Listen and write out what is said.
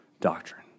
doctrine